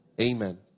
Amen